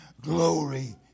glory